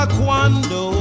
cuando